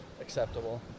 acceptable